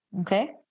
okay